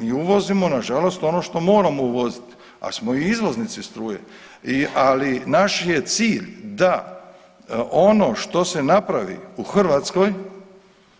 Mi uvozimo, nažalost ono što moramo uvoziti, ali smo i izvoznici struje, ali naš je cilj da ono što se napravi u Hrvatskoj